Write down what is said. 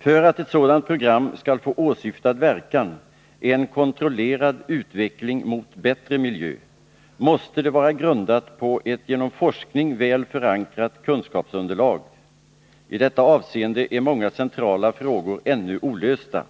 För att ett sådant program skall få åsyftad verkan — en kontrollerad utveckling mot bättre miljö — måste det vara grundat på ett genom forskning väl förankrat kunskapsunderlag. I detta avseende är många centrala frågor ännu olösta.